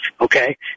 Okay